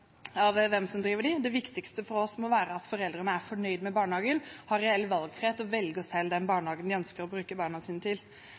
hvem som driver dem. Det viktigste for oss må være at foreldrene er fornøyd med barnehagen og har reell valgfrihet til selv å velge den barnehagen de ønsker å sende barna sine til.